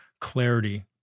clarity